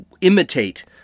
imitate